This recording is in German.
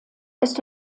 ist